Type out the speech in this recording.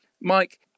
Mike